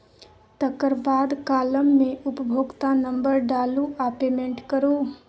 तकर बाद काँलम मे उपभोक्ता नंबर डालु आ पेमेंट करु